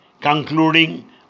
concluding